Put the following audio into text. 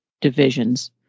divisions